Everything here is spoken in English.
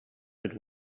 that